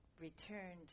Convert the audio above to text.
returned